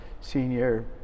senior